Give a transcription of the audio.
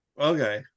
okay